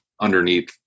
underneath